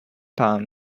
pan